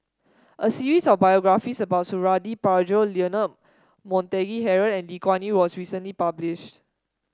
a series of biographies about Suradi Parjo Leonard Montague Harrod and Lee Kuan Yew was recently published